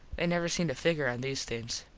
they never seem to figger on these things.